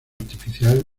artificial